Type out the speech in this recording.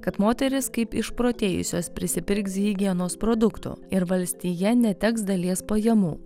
kad moterys kaip išprotėjusios prisipirks higienos produktų ir valstija neteks dalies pajamų